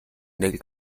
del